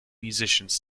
musicians